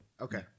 okay